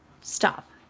stop